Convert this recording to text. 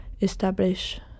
establish